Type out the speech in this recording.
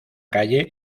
calle